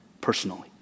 personally